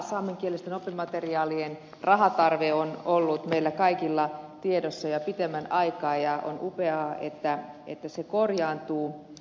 saamenkielisten oppimateriaalien rahantarve on ollut meillä kaikilla tiedossa jo pitemmän aikaa ja on upeaa että se korjaantuu